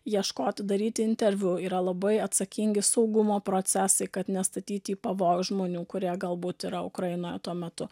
ieškoti daryti interviu yra labai atsakingi saugumo procesai kad nestatyt į pavojų žmonių kurie galbūt yra ukrainoje tuo metu